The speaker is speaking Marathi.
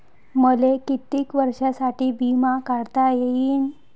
मले कितीक वर्षासाठी बिमा काढता येईन?